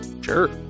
Sure